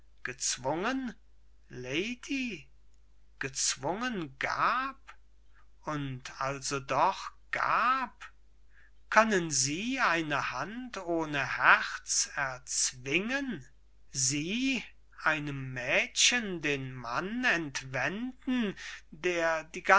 gezwungen lady gezwungen gab und also doch gab können sie eine hand ohne herz erzwingen sie einem mädchen den mann entwenden der die